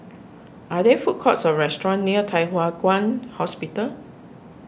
are there food courts or restaurants near Thye Hua Kwan Hospital